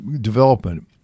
development